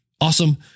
awesome